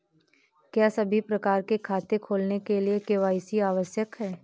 क्या सभी प्रकार के खाते खोलने के लिए के.वाई.सी आवश्यक है?